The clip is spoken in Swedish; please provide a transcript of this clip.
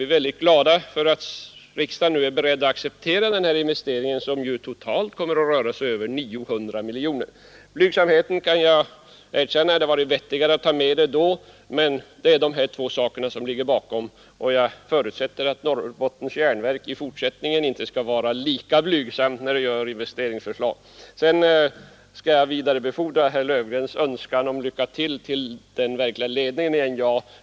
Vi är väldigt glada över att riksdagen nu är beredd att acceptera denna anläggning, som ju totalt kommer att röra sig om över 900 miljoner kronor. Jag kan erkänna att det hade varit vettigare att redan från början ta med frågan om finansieringen av koksverket. Att så inte skedde beror på de två skäl som jag här har angivit. Jag förutsätter att NJA i fortsättningen inte är lika blygsamt i sina investeringsförslag. Jag skall till den tekniska ledningen i NJA vidarebefordra herr Löfgrens önskan om lycka till.